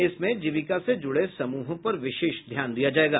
इसमें जीविका से जुड़े समूहों पर विशेष ध्यान दिया जायेगा